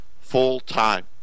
full-time